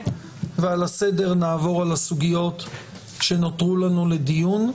ונעבור על הסוגיות שנותרו לנו לדיון.